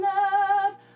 love